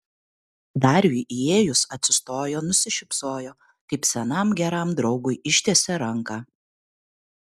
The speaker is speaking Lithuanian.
dariui įėjus atsistojo nusišypsojo kaip senam geram draugui ištiesė ranką